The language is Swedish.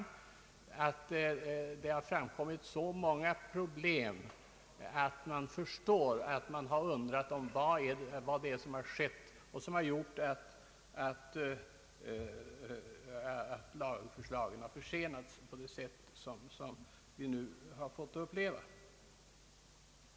Detta har skapat så många problem, att man förstår att folk har börjat undra vad det är som har gjort att lagförslagen försenats på det sätt som vi nu har fått uppleva.